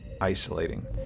isolating